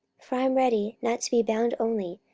for i am ready not to be bound only,